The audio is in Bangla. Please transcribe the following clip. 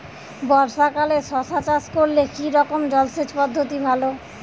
বর্ষাকালে শশা চাষ করলে কি রকম জলসেচ পদ্ধতি ভালো?